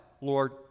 Lord